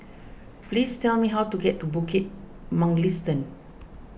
please tell me how to get to Bukit Mugliston